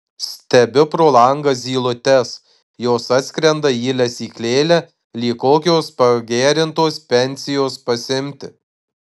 stebiu pro langą zylutes jos atskrenda į lesyklėlę lyg kokios pagerintos pensijos pasiimti